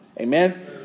Amen